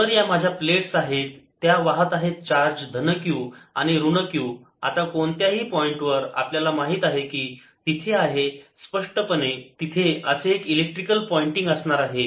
तर या माझ्या प्लेट्स आहेत वाहताहेत चार्ज धन Q 0 आणि ऋण Q 0 आता कोणत्याही पॉईंटवर आपल्याला माहित आहे की तिथे आहे स्पष्टपणे तिथे असे एक इलेक्ट्रिकल पॉइंटिंग असणार आहे